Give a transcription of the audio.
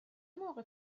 موقع